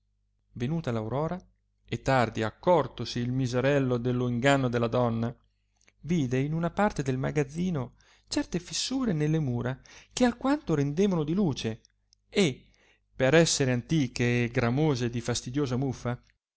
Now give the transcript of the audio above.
venuta l aurora e tardi accortosi il miserello dello inganno della donna vide in una parte del magazino certe fissure nelle mura che alquanto rendevano di luce e per essere antiche e gramose di fastidiosa muffa